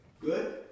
Good